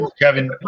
Kevin